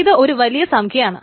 ഇത് ഒരു വലിയ സംഖ്യ ആണ്